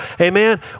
amen